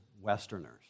Westerners